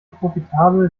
profitabel